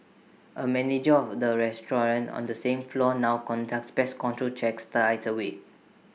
A manager of the restaurant on the same floor now conducts pest control checks twice A week